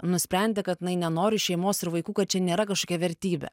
nusprendė kad jinai nenori šeimos ir vaikų kad čia nėra kažkokia vertybė